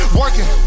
working